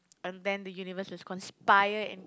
and then the universe is conspire and